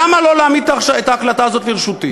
למה לא להעמיד את ההקלטה הזאת לרשותי?